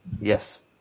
Yes